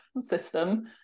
system